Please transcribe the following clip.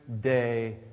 day